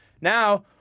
Now